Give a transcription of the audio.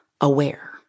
aware